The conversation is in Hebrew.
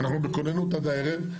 אנחנו בכוננות עד הערב,